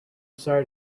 sorry